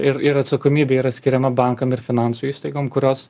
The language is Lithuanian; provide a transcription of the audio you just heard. ir ir atsakomybė yra skiriama bankam ir finansų įstaigom kurios